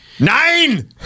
Nine